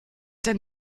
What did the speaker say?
denn